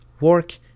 work